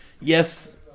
yes